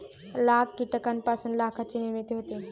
लाख कीटकांपासून लाखाची निर्मिती होते